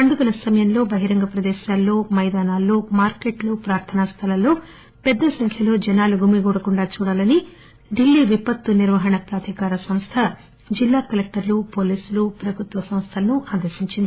పండుగల సమయంలో బహిరంగ ప్రదేశాల్లో మైదానాలు మార్కెట్లు ప్రార్ధనా స్థలాల్లో పెద్ద సంఖ్యలో జనాలు గుమికూడకుండా చూడాలని ఢిల్లీ విపత్తు నిర్వహణ ప్రాధికార సంస్థ జిల్లా కలెక్టర్లు పోలీసులు ఇతర ప్రభుత్వ సంస్థలను ఆదేశించింది